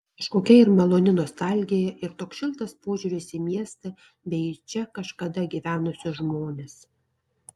kažkokia ir maloni nostalgija ir toks šiltas požiūris į miestą bei į čia kažkada gyvenusius žmones